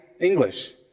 English